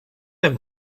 him